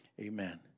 amen